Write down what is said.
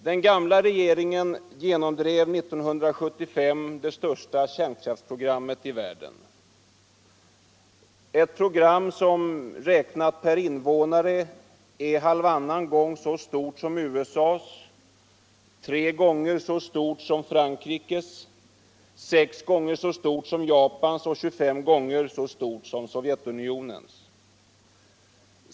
Den gamla regeringen genomdrev 1975 det största kärnkraftsprogrammet i världen — ett program som, räknat per invånare, är halvannan gång så stort som USA:s, tre gånger så stort som Frankrikes, sex gånger så stort som Japans och 25 gånger så stort som Sovjetunionens.